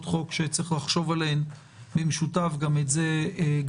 חוק שצריך לחשוב עליהן במשותף נעשה את זה.